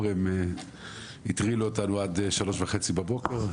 כי הם הטרילו אותנו עד 3:30 לפנות בוקר.